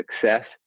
success